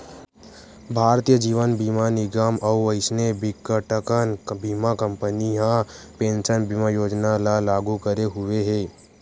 भारतीय जीवन बीमा निगन अउ अइसने बिकटकन बीमा कंपनी ह पेंसन बीमा योजना ल लागू करे हुए हे